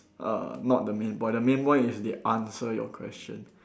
uh not the main point the main point is they answer your question